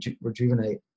rejuvenate